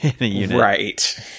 Right